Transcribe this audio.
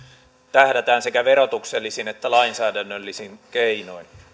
tähdätään sekä verotuksellisin että lainsäädännöllisin keinoin